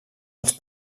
als